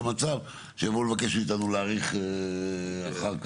מצב שיבואו לבקש מאיתנו להאריך אחר כך.